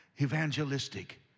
evangelistic